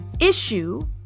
issue